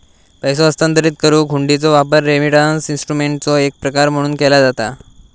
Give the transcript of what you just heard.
पैसो हस्तांतरित करुक हुंडीचो वापर रेमिटन्स इन्स्ट्रुमेंटचो एक प्रकार म्हणून केला जाता